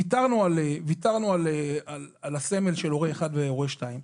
ויתרנו על הסמל של "הורה 1" ו"הורה 2",